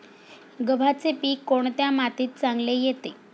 गव्हाचे पीक कोणत्या मातीत चांगले येते?